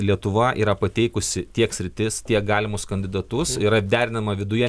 lietuva yra pateikusi tiek sritis tiek galimus kandidatus yra derinama viduje